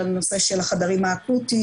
על נושא של החדרים האקוטיים,